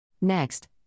Next